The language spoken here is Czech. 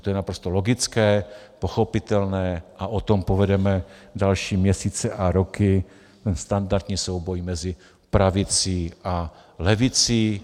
To je naprosto logické, pochopitelné a o tom povedeme další měsíce a roky standardní souboj mezi pravicí a levicí.